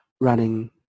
running